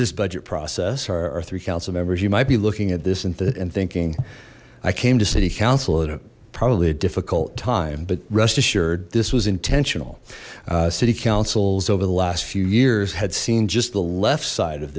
this budget process are three council members you might be looking at this and thinking i came to city council probably a difficult time but rest assured this was intentional city council's over the last few years had seen just the left side of